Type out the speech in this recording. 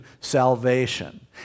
salvation